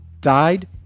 died